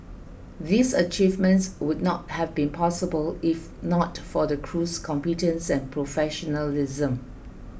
these achievements would not have been possible if not for the crew's competence and professionalism